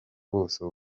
buso